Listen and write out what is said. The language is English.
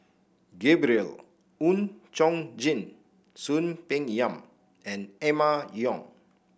Gabriel Oon Chong Jin Soon Peng Yam and Emma Yong